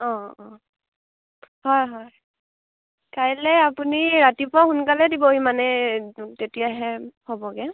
অ অ হয় হয় কাইলৈ আপুনি ৰাতিপুৱা সোনকালে দিবহি মানে তেতিয়াহে হ'বগৈ